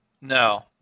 No